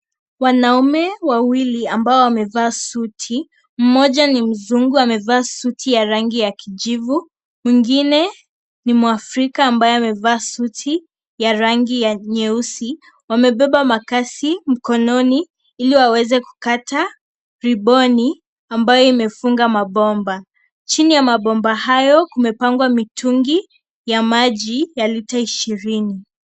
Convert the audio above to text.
Wanaume wawili ambao wamevaa suti, mmoja ni mzungu amevaa suti ya rangi ya kijivu mwingine ni mwafrika ambaye amevaa suti ya rangi ya nyeusi wamebeba makasi mikononi ili waweze kukata {cs}riboni {cs} ambayo imefunga mabomba. Chini ya mabomba hayo kimepangwa mitungi ya maji ya lita shirini.